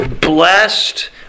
Blessed